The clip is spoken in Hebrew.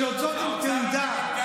שיוצאות עם תעודה,